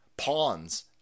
Pawns